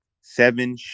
seven